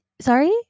Sorry